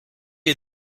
est